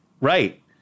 right